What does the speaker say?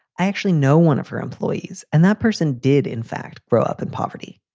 i actually know one of her employees and that person did, in fact, grow up in poverty.